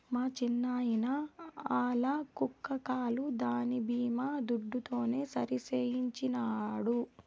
మా చిన్నాయిన ఆల్ల కుక్క కాలు దాని బీమా దుడ్డుతోనే సరిసేయించినాడు